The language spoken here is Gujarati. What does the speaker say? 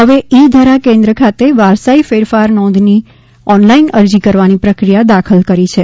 હવે ઇ ધરા કેન્દ્ર ખાતે વારસાઇ ફેરફાર નોંધની ઓનલાઇન અરજી કરવાની પ્રક્રિયા દાખલ કરી છે